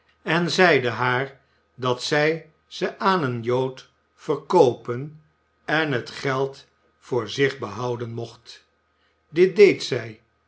en zeide haar dat zij ze aan een jood vcrkoopen en het geld voor zich behouden mocht dit deed zij